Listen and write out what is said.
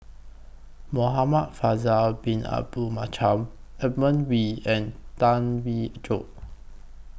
Muhamad Faisal Bin Abdul Manap Edmund Wee and Tan Wee Joo